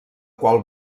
qual